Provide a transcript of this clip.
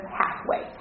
halfway